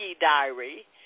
diary